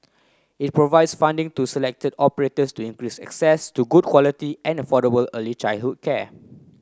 it provides funding to selected operators to increase access to good quality and affordable early childhood care